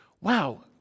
Wow